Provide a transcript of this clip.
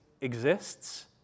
exists